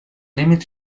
límit